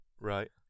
Right